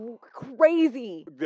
crazy